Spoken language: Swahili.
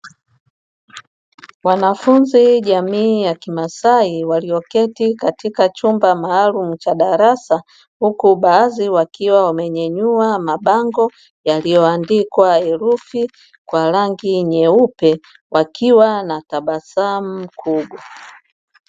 Wanafunzi jamii ya kimasai, walioketi katika chumba maalumu cha darasa, huku baadhi wakiwa wamenyanyua mabango, yaliyoandikwa herufi kwa rangi nyeupe, wakiwa na tabasamu kubwa.